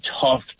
tough